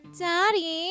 daddy